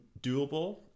doable